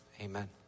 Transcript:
Amen